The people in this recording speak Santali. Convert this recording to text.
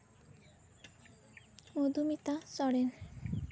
ᱢᱚᱫᱷᱩᱢᱤᱛᱟ ᱥᱚᱨᱮᱱ